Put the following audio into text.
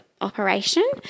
operation